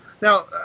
Now